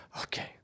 Okay